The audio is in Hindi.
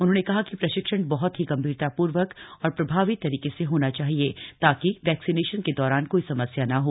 उन्होंने कहा कि प्रशिक्षण बह्त ही गंभीरतापूर्वक और प्रभावी तरीके से होना चाहिए ताकि वैक्सीनेशन के दौरान कोई समस्या न हो